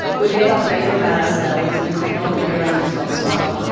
we gave up data about ourselves, and the technology around us got smarter.